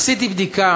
עשיתי בדיקה